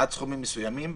עד סכומים מסוימים,